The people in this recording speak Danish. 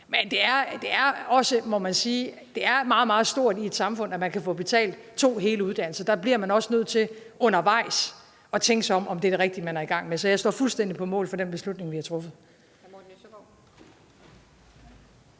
må man sige, meget, meget stort i et samfund, at man kan få betalt to hele uddannelser. Der bliver man også nødt til undervejs at tænke sig om, med hensyn til om det er det rigtige, man er i gang med. Så jeg står fuldstændig på mål for den beslutning, vi har truffet.